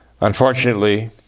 Unfortunately